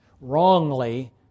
wrongly